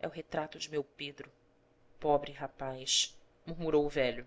é o retrato de meu pedro pobre rapaz murmurou o velho